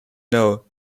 know